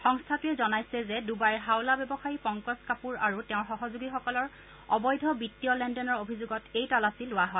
সংস্থাটোৱে জনাইচে যে ডুবাইৰ হাৱালা ব্যৱসায়ী পংকজ কাপুৰ আৰু তেওঁৰ সহযোগীসকলৰ অবৈধ বিত্তীয় লেনদেনৰ অভিযোগত এই তালাচী লোৱা হয়